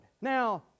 Now